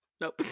Nope